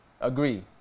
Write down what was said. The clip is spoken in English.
Agree